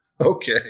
Okay